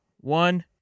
one